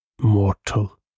mortal